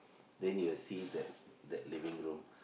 then you will see the that living room